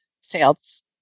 sales